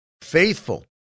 faithful